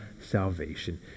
salvation